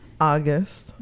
August